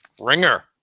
ringer